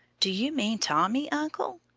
do you mean tommy, uncle?